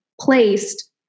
placed